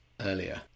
earlier